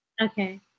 Okay